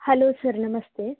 hello sir ನಮಸ್ತೆ